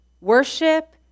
worship